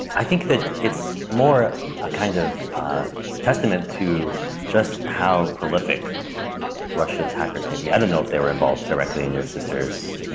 i think that it's more a kind of testament to just how prolific russia's hackers may be. i don't know if they were involved directly in your sister's.